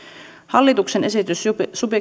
hallituksen esitys